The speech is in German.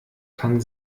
kann